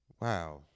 Wow